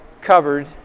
covered